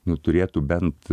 nu turėtų bent